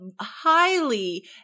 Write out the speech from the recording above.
highly